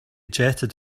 jetted